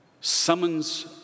summons